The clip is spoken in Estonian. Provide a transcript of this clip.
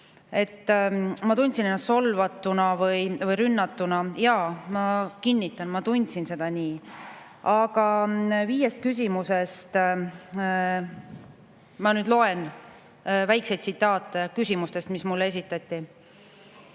ma tundsin ennast solvatuna või rünnatuna. Jaa, ma kinnitan, ma tundsin seda nii. Aga ma nüüd loen väikseid tsitaate viiest küsimusest, mis mulle esitati: